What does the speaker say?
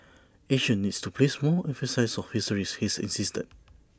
Asia needs to place more emphasis on histories his insisted